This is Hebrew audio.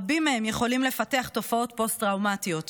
רבים מהם יכולים לפתח תופעות פוסט-טראומטיות.